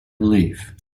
believe